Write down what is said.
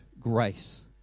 grace